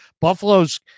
Buffalo's